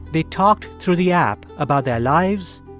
they talked through the app about their lives,